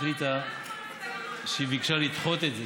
הממשלה החליטה שהיא ביקשה לדחות את זה,